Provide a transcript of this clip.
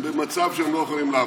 הם במצב שהם לא יכולים להפסיד,